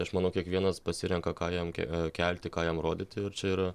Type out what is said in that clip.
aš manau kiekvienas pasirenka ką jam ke kelti ką jam rodyti ir čia yra